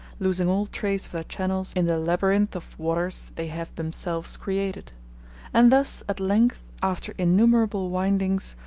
losing all trace of their channels in the labyrinth of waters they have themselves created and thus, at length, after innumerable windings,